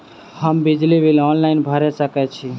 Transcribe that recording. हम बिजली bill online भैर सकै छी?